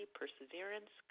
perseverance